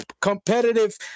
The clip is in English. competitive